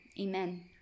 amen